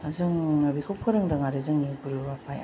जों बेखौ फोरंदों आरो जोंनि गुरु आफाया